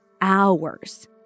hours